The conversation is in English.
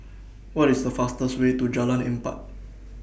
What IS The fastest Way to Jalan Empat